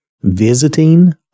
visiting